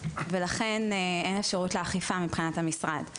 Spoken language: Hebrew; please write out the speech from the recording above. ולכן אין אפשרות לאכיפה מבחינת המשרד.